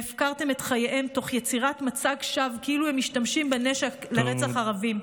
והפקרתם את חייהם תוך יצירת מצג שווא כאילו הם משתמשים בנשק לרצח ערבים.